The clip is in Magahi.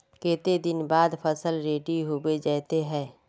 केते दिन बाद फसल रेडी होबे जयते है?